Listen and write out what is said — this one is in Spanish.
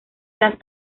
las